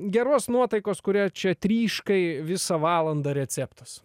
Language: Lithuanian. geros nuotaikos kuria čia tryškai visą valandą receptas